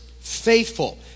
Faithful